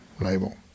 label